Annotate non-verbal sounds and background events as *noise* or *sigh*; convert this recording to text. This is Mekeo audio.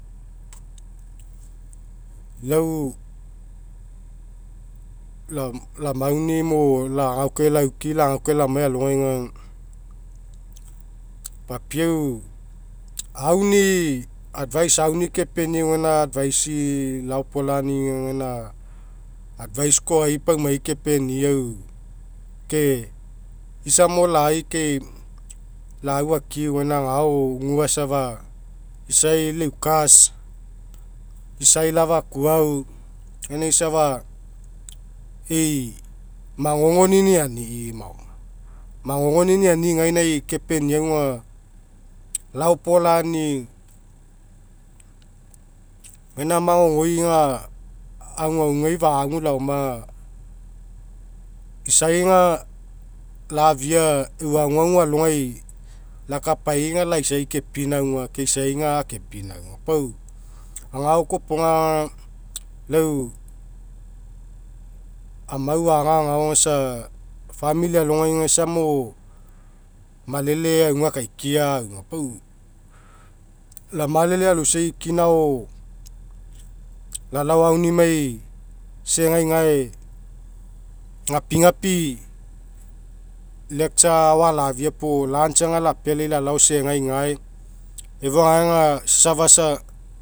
*noise* lau lamaunimo lagaukae lauki lagau lamai alogai aga papiau auni'i advice auni'i kepeniau gaina advice'i lapolani'i aga advice koai paumai kepeniau ke isamo lai kai lau au akiu gaina agao gua safa isai lau eu kas, isai lau afakuau gainai safa ei magogo niniani'imaoma, magogo niniani'i gainai kekeniau aga laopolani'i, gaina magogoi aga aguagugai fagu iaoma. Isai aga lafia eu aguagu alogai lakapai aga laisai kepinauga ke isai aga akepinauga. Pau agao kopoga aga lau amau aga agao isa famili alohgai aga isamo malele auga akaka auga. Pau lamalele aloisai kina agao, lalao aunimai isa egai gae, gapigapi lecture ao alafia pyo lunch aga lapealai lalao isai egai gae efua gae aga isa safa sa.